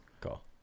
cool